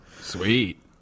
Sweet